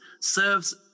serves